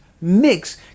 mix